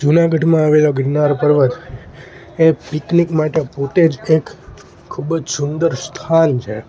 જુનાગઢમાં આવેલો ગીરનાર પર્વત એ પિકનિક માટે પોતે જ એક ખૂબ જ સુંદર સ્થાન છે